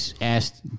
asked